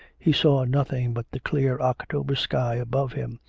he saw nothing but the clear october sky above him,